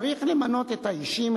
צריך למנות את האישים,